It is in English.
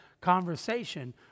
conversation